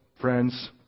friends